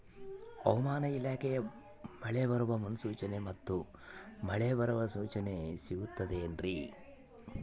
ಹವಮಾನ ಇಲಾಖೆ ಮಳೆ ಬರುವ ಮುನ್ಸೂಚನೆ ಮತ್ತು ಮಳೆ ಬರುವ ಸೂಚನೆ ಸಿಗುತ್ತದೆ ಏನ್ರಿ?